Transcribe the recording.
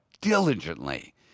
diligently